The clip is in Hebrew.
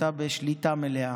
אתה בשליטה מלאה.